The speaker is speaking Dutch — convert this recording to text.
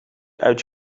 uit